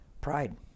Pride